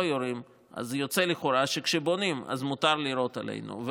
יורים אז יוצא לכאורה שכשבונים אז מותר לירות עלינו.